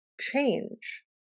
change